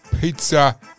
pizza